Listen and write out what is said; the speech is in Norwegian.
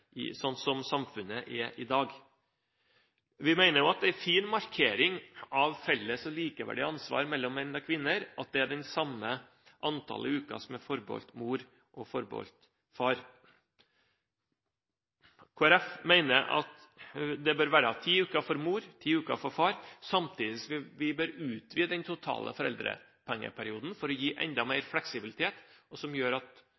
som samfunnet er i dag. Vi mener også at det er en fin markering av et felles og likeverdig ansvar mellom menn og kvinner at det er det samme antallet uker som er forbeholdt mor, som er forbeholdt far. Kristelig Folkeparti mener at det bør være ti uker for mor og ti uker for far, samtidig som vi bør utvide den totale foreldrepengeperioden for å gi enda mer fleksibilitet, noe som gjør at